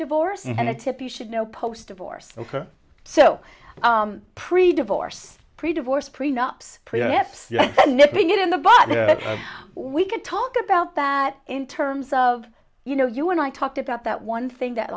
divorce and a tip you should know post divorce ok so pre divorce pre divorce prenup and nipping it in the bud we could talk about that in terms of you know you and i talked about that one thing that